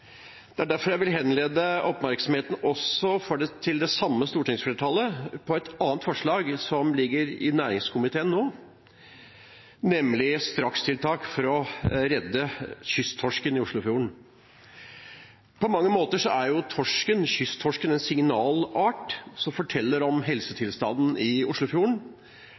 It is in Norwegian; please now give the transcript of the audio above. Det er derfor jeg vil henlede oppmerksomheten til det samme stortingsflertallet på et annet forslag, som ligger i næringskomiteen nå, nemlig strakstiltak for å redde kysttorsken i Oslofjorden. På mange måter er kysttorsken en signalart som forteller om helsetilstanden i Oslofjorden.